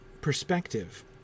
perspective